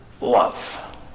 love